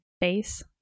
face